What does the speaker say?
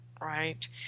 right